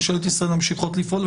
ממשלת ישראל ממשיכות לפעול,